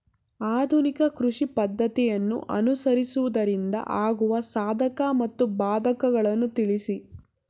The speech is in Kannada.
ಆಧುನಿಕ ಕೃಷಿ ಪದ್ದತಿಯನ್ನು ಅನುಸರಿಸುವುದರಿಂದ ಆಗುವ ಸಾಧಕ ಮತ್ತು ಬಾಧಕಗಳನ್ನು ತಿಳಿಸಿ?